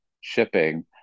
shipping